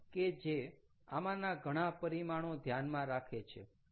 કે જે આમાંના ઘણા પરિમાણો ધ્યાનમાં રાખે છે